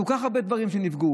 על כל כך הרבה דברים שנפגעו.